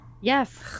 yes